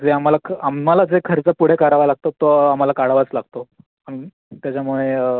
जे आम्हाला आम्हाला जे खर्च पुढे करावा लागतो तो आम्हाला काढावाच लागतो त्याच्यामुळे